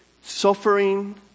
Suffering